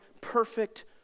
perfect